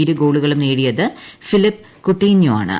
ഇരു ഗോളുകളും നേടിയത് ഫിലിപ്പ് കുട്ടീഞ്ഞോ ആണ്